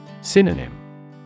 Synonym